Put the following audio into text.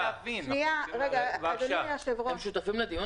הם שותפים לדיון,